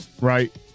right